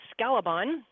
Scalabon